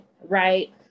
right